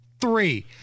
three